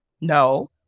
No